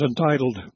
entitled